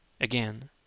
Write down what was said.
again